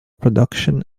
production